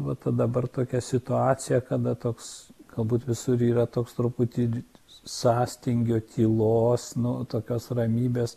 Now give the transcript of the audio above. va ta dabar tokia situacija kada toks galbūt visur yra toks truputį sąstingio tylos nu tokios ramybės